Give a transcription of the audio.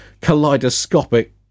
kaleidoscopic